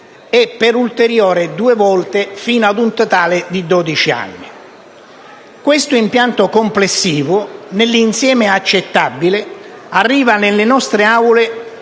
e per ulteriori due volte fino ad un totale di dodici anni. Questo impianto complessivo, nell'insieme accettabile, arriva nelle nostre Aule